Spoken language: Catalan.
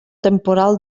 temporal